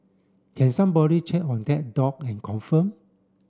can somebody check on that dog and confirm